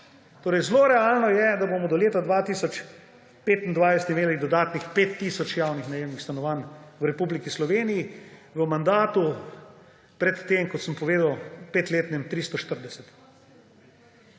Zelo realno je, da bomo do leta 2025 imeli dodatnih 5 tisoč javnih najemnih stanovanj v Republiki Sloveniji. V mandatu pred tem, kot sem povedal, petletnem, 340.